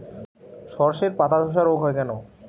শর্ষের পাতাধসা রোগ হয় কেন?